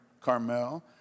Carmel